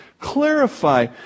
clarify